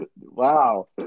Wow